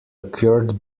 occurred